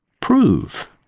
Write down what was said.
prove